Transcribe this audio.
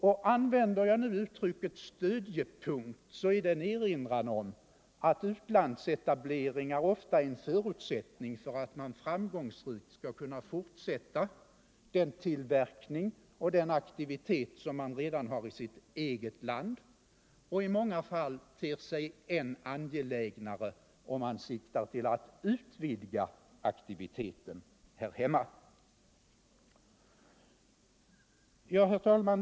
Använder jag nu 127 uttrycket stödjepunkt, är det en erinran om att utlandsetableringar ofta är en förutsättning för att man framgångsrikt skall kunna fortsätta den tillverkning och den aktivitet som man redan har i sitt eget land och som i många fall ter sig än angelägnare, om man siktar till att utvidga aktiviteten här hemma. Herr talman!